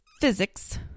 physics